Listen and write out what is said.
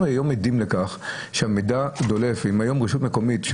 אנחנו היום עדים לכך שהמידע דולף אם היום רשות מקומית,